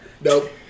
Nope